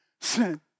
sin